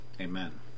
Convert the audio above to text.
Amen